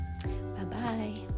Bye-bye